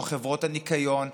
לא חברות הניקיון,